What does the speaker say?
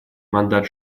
мандат